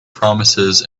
promises